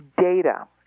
data